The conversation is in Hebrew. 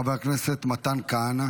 חבר הכנסת מתן כהנא.